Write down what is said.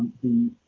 the,